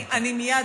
מייד,